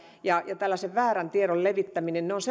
ja tällaisen väärän tiedon levittäminen ne ovat